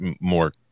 more